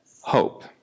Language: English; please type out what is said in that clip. hope